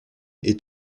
est